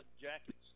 Jackets